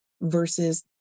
versus